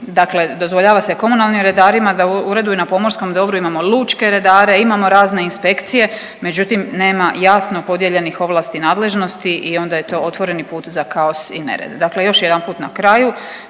dakle dozvoljava se komunalnim redarima da ureduju na pomorskom dobru, imamo lučke redare, imamo razne inspekcije, međutim nema jasno podijeljenih ovlasti i nadležnosti i onda je to otvoreni put za kaos i nered. Dakle još jedanput na kraju,